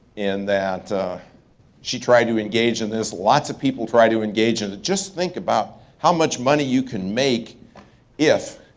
in that she try to engage, and there's lots of people try to engage. and just think about how much money you can make if